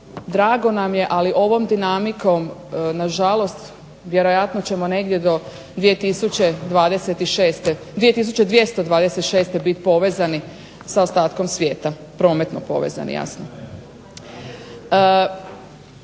drago nam je, ali ovom dinamikom na žalost vjerojatno ćemo negdje do 2226. biti povezani sa ostatkom svijeta, prometno povezani jasno.